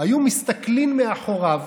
היו מסתכלין מאחוריו